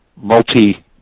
multi